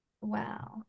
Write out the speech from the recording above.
Wow